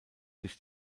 sich